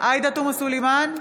עאידה תומא סלימאן,